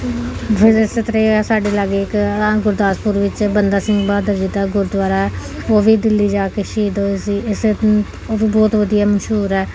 ਇਸੇ ਤਰ੍ਹਾਂ ਹੀ ਸਾਡੇ ਲਾਗੇ ਇੱਕ ਗੁਰਦਾਸਪੁਰ ਵਿੱਚ ਬੰਦਾ ਸਿੰਘ ਬਹਾਦਰ ਜੀ ਦਾ ਗੁਰਦੁਆਰਾ ਉਹ ਵੀ ਦਿੱਲੀ ਜਾ ਕੇ ਸ਼ਹੀਦ ਹੋਏ ਸੀ ਇਸੇ ਉਹ ਵੀ ਬਹੁਤ ਵਧੀਆ ਮਸ਼ਹੂਰ ਹੈ